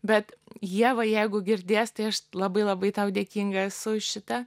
bet ieva jeigu girdės tai aš labai labai tau dėkinga esu už šitą